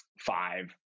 five